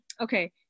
okay